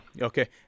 okay